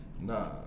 nah